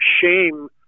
shame